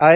I